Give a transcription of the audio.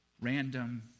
random